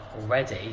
already